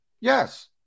yes